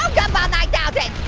gumball nine